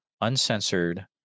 uncensored